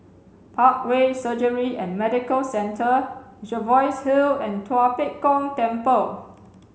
Parkway Surgery and Medical Centre Jervois Hill and Tua Pek Kong Temple